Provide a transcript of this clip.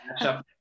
matchup